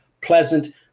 pleasant